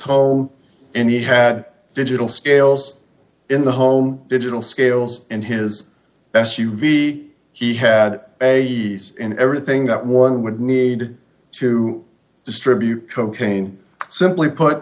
home and he had a digital scales in the home digital scales and his s u v he had a in everything that one would need to distribute cocaine simply put